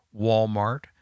Walmart